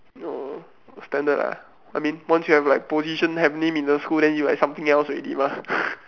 no standard ah I mean once you have like position have name in the school then you like something else already mah